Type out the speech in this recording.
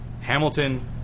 Hamilton